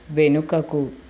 వెనుకకు